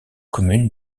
commune